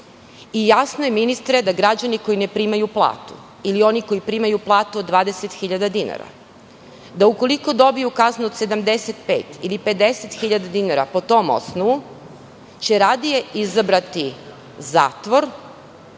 Jasno je ministre, da građani koji ne primaju platu, ili oni koji primaju platu od 20 hiljada dinara, da ukoliko dobiju kaznu od 75 ili 50 hiljada dinara po tom osnovu će radije izabrati zatvor,